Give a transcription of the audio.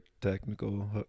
technical